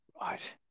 Right